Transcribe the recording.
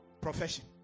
profession